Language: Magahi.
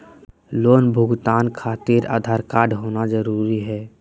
लोन भुगतान खातिर आधार कार्ड होना जरूरी है?